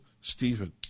Stephen